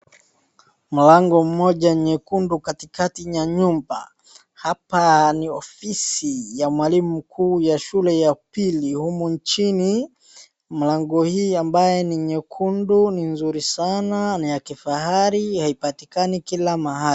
Mlango mmoja nyekundu katikati ya nyumba hapa ni ofisi ya mwalimu mkuu ya shule ya upili humu nchini. Mlango hii ambaye ni nyekundun ni nzuri sana na kifarahi haipatikani kila mahali.